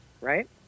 right